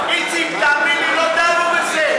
איציק, תאמין לי, לא דנו בזה.